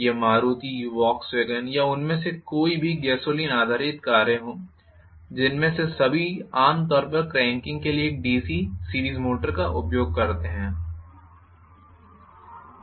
यह मारुति वोक्सवैगन या उनमें से कोई भी गैसोलीन आधारित कारें हो जिनमें से सभी आमतौर पर क्रैंकिंग के लिए एक डीसी सीरीस मोटर का उपयोग करते हैं